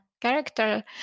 character